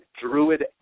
druid